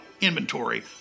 inventory